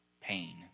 pain